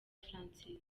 francis